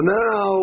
now